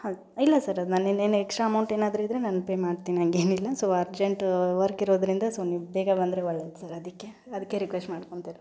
ಹೌದು ಇಲ್ಲ ಸರ್ ಅದು ನಾನು ನಿನ್ನೆನೆ ಎಕ್ಸ್ಟ್ರ ಅಮೌಂಟ್ ಏನಾದರು ಇದ್ದರೆ ನಾನು ಪೇ ಮಾಡ್ತೀನಿ ಹಂಗೇನಿಲ್ಲ ಸೊ ಅರ್ಜೆಂಟ್ ವರ್ಕ್ ಇರೋದರಿಂದ ಸೊ ನೀವು ಬೇಗ ಬಂದರೆ ಒಳ್ಳೆಯದು ಸರ್ ಅದಕ್ಕೆ ಅದಕ್ಕೆ ರಿಕ್ವೆಸ್ಟ್ ಮಾಡ್ಕೊತಾ ಇರೋದು